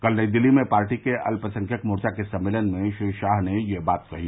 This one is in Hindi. कल नई दिल्ली में पार्टी के अल्पसंख्यक मोर्चा के सम्मेलन में श्री शाह ने यह बात कही